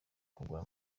kugura